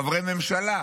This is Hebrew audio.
חברי הממשלה,